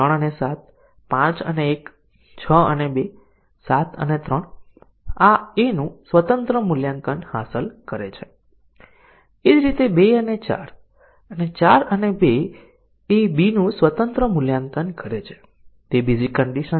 હું કન્ડિશન ના તમામ સંભવિત સંયોજનને અજમાવવા માંગતો નથી આપણે કન્ડિશન ના મહત્વપૂર્ણ સંયોજનને અજમાવવા માંગીએ છીએ અને અમારું અર્થ શું છે તે દરેક બેઝીક કન્ડિશન છે